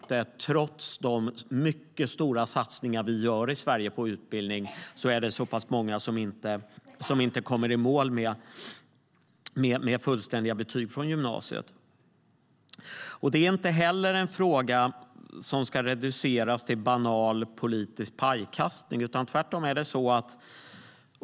Trots de mycket stora satsningar vi i Sverige gör på utbildning är det många som inte kommer i mål med fullständiga betyg från gymnasiet. Det är inte en fråga som ska reduceras till banal politisk pajkastning.